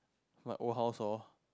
my old house orh